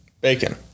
bacon